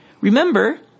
Remember